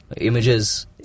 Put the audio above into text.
images